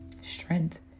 strength